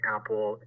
Apple